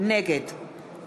נגד